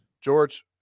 George